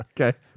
Okay